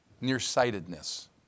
nearsightedness